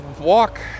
walk